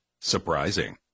Surprising